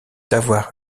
avoir